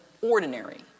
ordinary